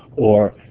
or,